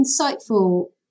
insightful